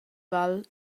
val